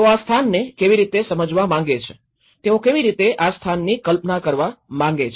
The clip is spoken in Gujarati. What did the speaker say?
તેઓ આ સ્થાનને કેવી રીતે સમજવા માગે છે તેઓ કેવી રીતે આ સ્થાનની કલ્પના કરવા માગે છે